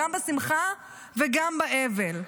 גם בשמחה וגם באבל.